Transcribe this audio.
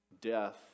death